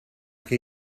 que